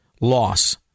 loss